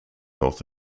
north